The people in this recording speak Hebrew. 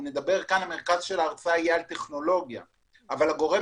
מרכז ההרצאה יהיה על טכנולוגיה אבל הגורם